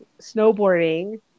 snowboarding